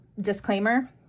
disclaimer